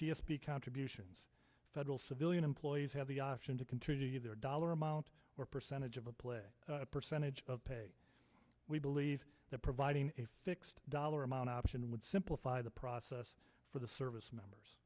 p contributions federal civilian employees have the option to contribute their dollar amount or percentage of a play percentage of pay we believe that providing a fixed dollar amount option would simplify the process for the service members